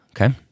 Okay